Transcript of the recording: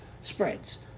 spreads